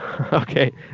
Okay